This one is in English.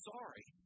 Sorry